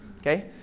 Okay